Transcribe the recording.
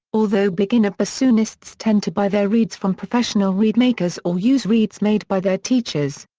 although beginner bassoonists tend to buy their reeds from professional reed makers or use reeds made by their teachers.